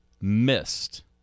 missed